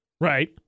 Right